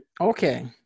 okay